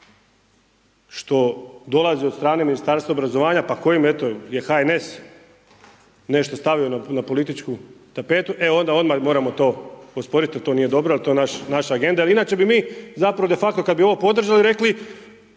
što dolazi od strane Ministarstva obrazovanja kojem je eto HNS nešto stavio na političku tapetu, e onda odmah moramo to osporiti jer to nije dobro jer je to naša agenda. Inače bi mi zapravo de facto kada bi ovo podržali rekli